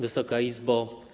Wysoka Izbo!